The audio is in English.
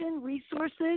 resources